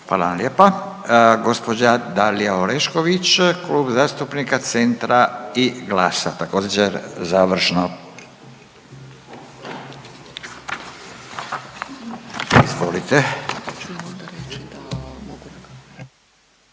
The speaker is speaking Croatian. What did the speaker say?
vam lijepa. Gđa Dalija Orešković, Klub zastupnika Centra i GLAS-a, također, završno. Izvolite.